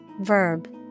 verb